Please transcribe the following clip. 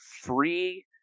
free